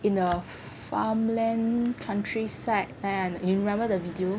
in a farmland countryside you remember the video